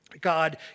God